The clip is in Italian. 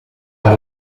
alla